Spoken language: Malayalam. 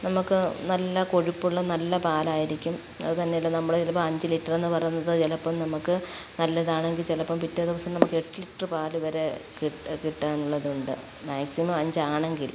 നമുക്ക് നല്ല കൊഴുപ്പുള്ള നല്ല പാലായിരിക്കും അത് തന്നെയല്ല നമ്മൾ ചിലപ്പം അഞ്ചു ലിറ്ററെന്ന് പറയുന്നത് ചിലപ്പം നമുക്ക് നല്ലതാണെങ്കിൽ ചിലപ്പം പിറ്റേ ദിവസം നമുക്ക് എട്ടു ലിറ്ററ് പാൽ വരെ കിട്ടാനുള്ളതുണ്ട് മാക്സിമം അഞ്ചാണെങ്കിൽ